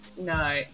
no